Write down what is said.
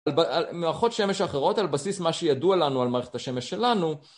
על מערכות שמש אחרות, על בסיס מה שידוע לנו על מערכת השמש שלנו